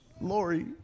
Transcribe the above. Lori